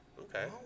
Okay